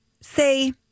say